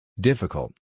Difficult